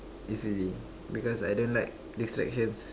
easily because I don't like distractions